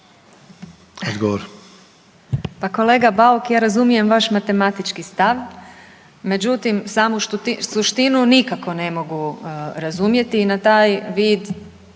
odgovor.